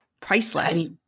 priceless